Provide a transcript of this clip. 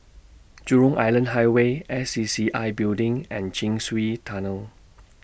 Jurong Island Highway S C C I Building and Chin Swee Tunnel